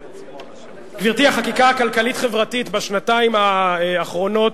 גברתי, החקיקה הכלכלית-חברתית בשנתיים האחרונות